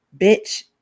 Bitch